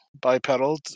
bipedal